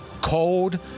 cold